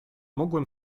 mogłem